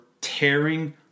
tearing